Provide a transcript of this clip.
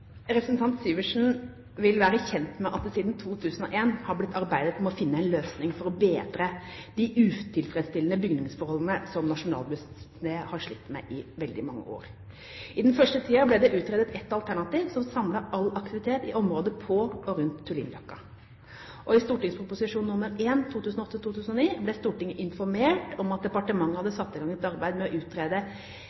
Representanten Syversen vil være kjent med at det siden 2001 har blitt arbeidet med å finne en løsning for å bedre de utilfredsstillende bygningsforholdene som Nasjonalmuseet har slitt med i veldig mange år. I den første tiden ble det utredet et alternativ som samlet all aktivitet i området på og rundt Tullinløkka. I St.prp. nr. 1 for 2008–2009 ble Stortinget informert om at departementet hadde